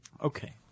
Okay